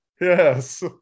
yes